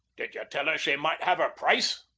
did ye tell her she might have her price?